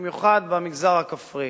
במיוחד במגזר הכפרי,